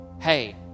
hey